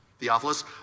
Theophilus